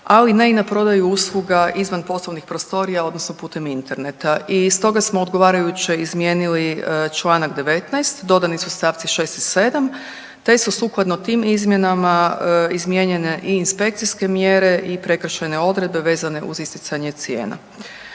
ali ne i na prodaju usluga izvan poslovnih prostorija, odnosno putem interneta. I stoga smo odgovarajuće izmijenili članak 19. dodani su stavci 6. i 7., te su sukladno tim izmjenama izmijenjene i inspekcijske mjere i prekršajne odredbe vezane uz isticanje cijena.